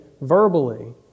verbally